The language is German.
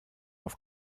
auf